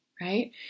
right